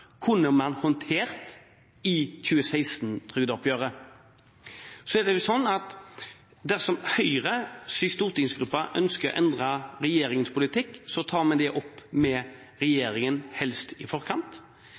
kunne håndtert den mekanismen som allerede er i dag, i 2016-trygdeoppgjøret. Dersom Høyres stortingsgruppe ønsker å endre regjeringens politikk, tar vi det opp med regjeringen – helst i forkant